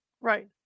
Right